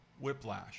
Whiplash